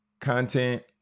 content